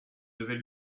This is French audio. devais